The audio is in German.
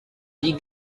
die